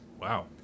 wow